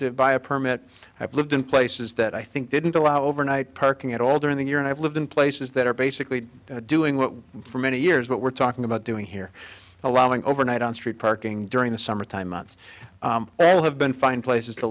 to buy a permit i've lived in places that i think didn't allow overnight parking at all during the year and i've lived in places that are basically doing what for many years what we're talking about doing here allowing overnight on street parking during the summertime months all have been fine places to